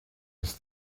ens